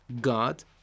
God